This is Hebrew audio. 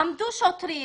עמדו שוטרים